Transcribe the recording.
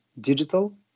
digital